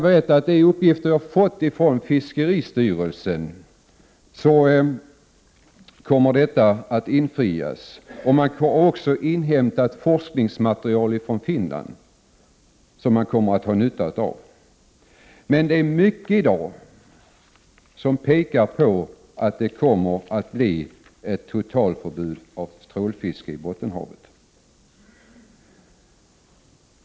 Enligt de uppgifter som jag har fått från fiskeristyrelsen kommer detta också att ske, och man kommer att inhämta forskningsmaterial från Finland som man kommer att ha nytta av. Men det är mycket i dag som pekar på att det kommer att bli ett totalförbud mot trålfiske i Bottenhavet.